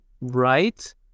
right